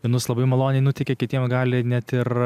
vienus labai maloniai nuteikia kitiem gali net ir